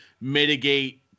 mitigate